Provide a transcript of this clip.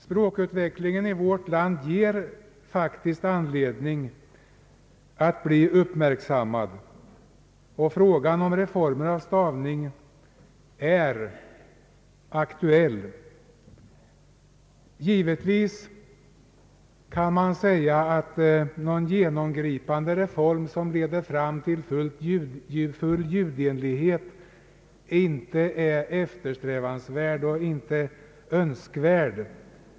Språkutvecklingen i vårt land ger faktiskt anledning till uppmärksamhet, och frågan om en reform av stavningsreglerna är aktuell. Givetvis kan man säga att någon genomgripande reform, som leder fram till full ljudenlighet, inte är eftersträvansvärd och inte heller önskvärd.